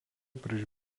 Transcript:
prieš